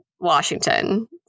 Washington